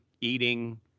eating